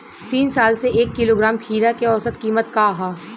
तीन साल से एक किलोग्राम खीरा के औसत किमत का ह?